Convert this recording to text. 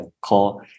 call